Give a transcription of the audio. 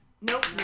Nope